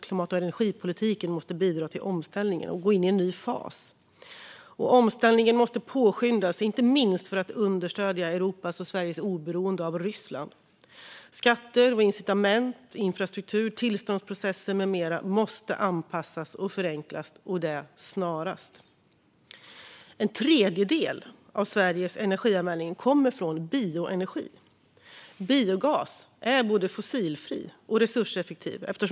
Klimat och energipolitiken måste bidra till omställningen och gå in i en ny fas. Omställningen måste påskyndas, inte minst för att understödja Europas och Sveriges oberoende av Ryssland. Skatter och incitament, infrastruktur, tillståndsprocesser med mera måste anpassas och förenklas och det snarast. En tredjedel av Sveriges energianvändning kommer från bioenergi. Biogas är både fossilfri och resurseffektiv.